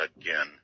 again